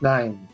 Nine